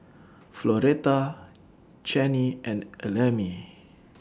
Floretta Channie and Ellamae